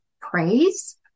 praise